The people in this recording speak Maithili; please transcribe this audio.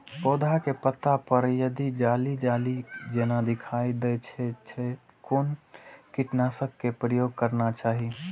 पोधा के पत्ता पर यदि जाली जाली जेना दिखाई दै छै छै कोन कीटनाशक के प्रयोग करना चाही?